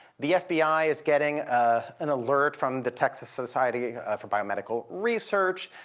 the fbi is getting ah an alert from the texas society for biomedical research.